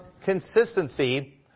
consistency